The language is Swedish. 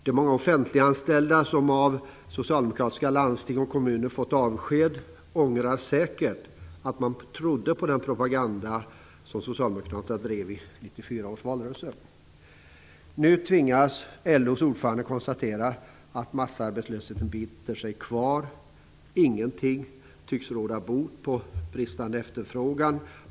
De många offentliganställda, som av socialdemokratiska landsting och kommuner fått avsked, ångrar säkert att de trodde på den propaganda som Socialdemokraterna drev i 1994 Nu tvingas LO:s ordförande konstatera att massarbetslösheten biter sig kvar. Ingenting tycks råda bot på bristande efterfrågan.